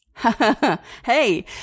hey